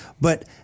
But-